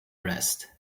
arrest